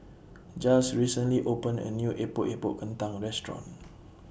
Jiles recently opened A New Epok Epok Kentang Restaurant